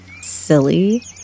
Silly